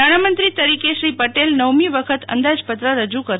નાણાંમંત્રી તરોકે શ્રી પટેલ નવમી વખત અંદાજપત્ર રજૂ કરશે